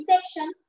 section